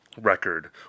record